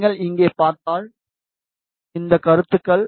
நீங்கள் இங்கே பார்த்தால் இந்த கருத்துகள்